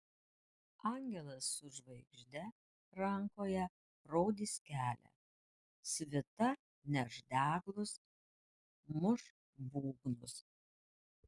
angelas su žvaigžde rankoje rodys kelią svita neš deglus muš būgnus